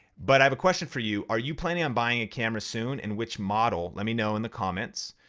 but i have a question for you. are you planning on buying a camera soon, and which model? let me know in the comments.